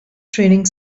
training